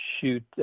shoot